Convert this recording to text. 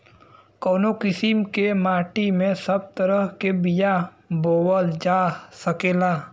कवने किसीम के माटी में सब तरह के बिया बोवल जा सकेला?